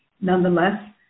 Nonetheless